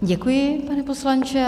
Děkuji, pane poslanče.